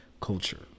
culture